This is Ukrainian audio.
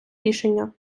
рішення